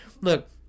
look